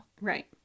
Right